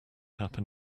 happen